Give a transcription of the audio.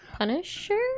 Punisher